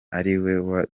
ariwe